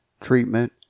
treatment